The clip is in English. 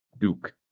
Duke